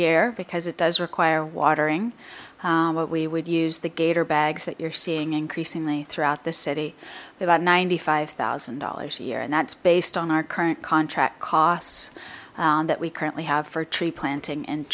year because it does require watering what we would use the gator bags that you're seeing increasingly throughout the city about ninety five thousand dollars a year and that's based on our current contract costs that we currently have for tree planting and